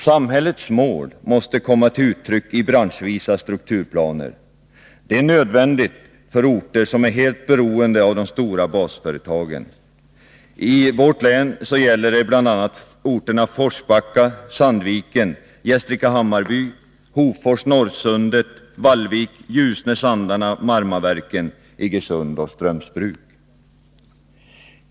Samhällets mål måste komma till uttryck i branschvisa strukturplaner. Det är nödvändigt för orter som är helt beroende av de stora basföretagen. Det gäller i Gävleborgs län bl.a. Forsbacka, Sandviken, Gästrike-Hammarby, Hofors, Norrsundet, Vallvik, Ljusne, Sandarne, Marmaverken, Iggesund och Strömsbruk.